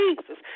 Jesus